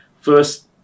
First